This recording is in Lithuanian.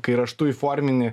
kai raštu įformini